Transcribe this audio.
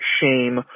shame